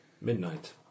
Midnight